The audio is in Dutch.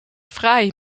fraai